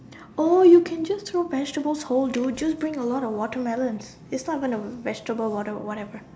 oh you can just throw vegetables whole dude just bring a lot of watermelons it's not even a vegetable water whatever